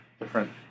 different